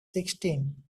sixteen